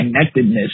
connectedness